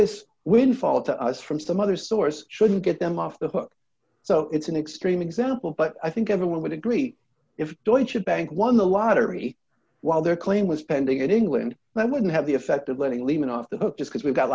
this windfall to us from some other source shouldn't get them off the hook so it's an extreme example but i think everyone would agree if deutsche bank won the lottery while their claim was pending in england that wouldn't have the effect of letting lehman off the hook because we've got